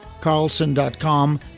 Carlson.com